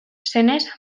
senez